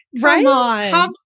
right